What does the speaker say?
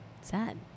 Sad